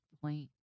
point